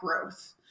growth